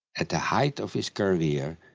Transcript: at the height of his career,